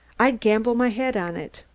i'd gamble my head on it.